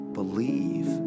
believe